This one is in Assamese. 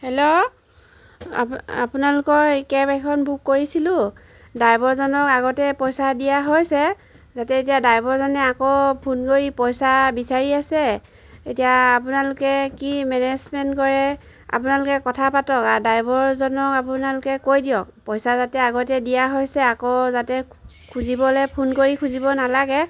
হেল্ল' আপ আপোনালোকৰ কেব এখন বুক কৰিছিলোঁ ড্ৰাইভাৰজনক আগতে পইচা দিয়া হৈছে যাতে এতিয়া ড্ৰাইভাৰজনে আকৌ ফোন কৰি পইচা বিচাৰি আছে এতিয়া আপোনালোকে কি মেনেজমেণ্ট কৰে আপোনালোকে কথা পাতক আৰু ড্ৰাইভৰজনক আপোনালোকে কৈ দিয়ক পইচা যাতে আগতে দিয়া হৈছে আকৌ যাতে খুজিবলৈ ফোন কৰি খুজিব নালাগে